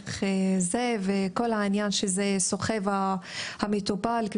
העניין שסוחב המטופל,